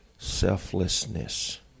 selflessness